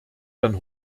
dann